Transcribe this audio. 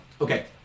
Okay